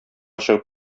чыгып